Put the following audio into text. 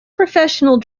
professional